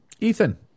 Ethan